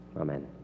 Amen